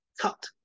Cut